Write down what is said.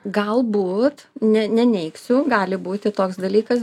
galbūt ne neneigsiu gali būti toks dalykas